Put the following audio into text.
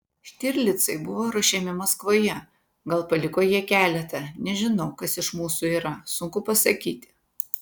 štirlicai buvo ruošiami maskvoje gal paliko jie keletą nežinau kas iš mūsų yra sunku pasakyti